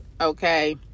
Okay